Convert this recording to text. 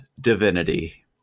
Divinity